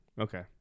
Okay